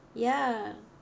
ya